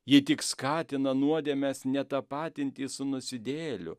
ji tik skatina nuodėmes netapatinti su nusidėjėliu